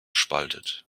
spaltet